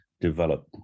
develop